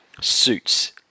suits